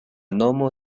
nomo